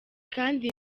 kandi